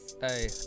Hey